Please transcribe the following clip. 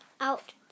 out